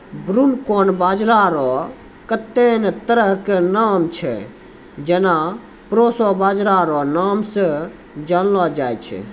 broomcorn बाजरा रो कत्ते ने तरह के नाम छै जेना प्रोशो बाजरा रो नाम से जानलो जाय छै